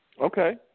Okay